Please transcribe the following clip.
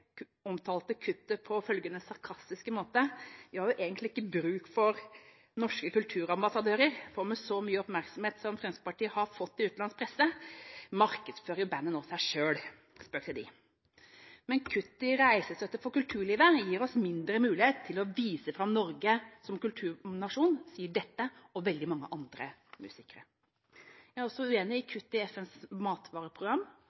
omtalte kuttet på følgende sarkastiske måte: «Vi har egentlig ikke bruk for norske kulturambassadører. For med så mye oppmerksomhet som Fremskrittspartiet har fått i utenlandsk presse, markedsfører bandet seg selv», spøkte de. Men kuttet i reisestøtte for kulturlivet gir oss mindre mulighet til å vise fram Norge som kulturnasjon, sier dette bandet og veldig mange andre musikere. Jeg er også uenig i